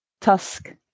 Tusk